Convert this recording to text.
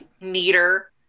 neater